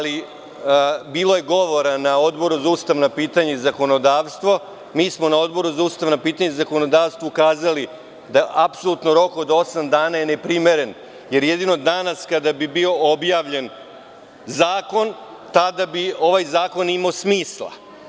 Bilo je govora na Odboru za ustavna pitanja i zakonodavstvo i mi smo na Odboru za ustavna pitanja i zakonodavstvu ukazali da je apsolutno rok od osam dana neprimeren, jer jedino kada bi danas bio objavljen zakon, tada bi ovaj zakon imao smisla.